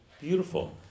Beautiful